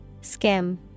Skim